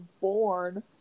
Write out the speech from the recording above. born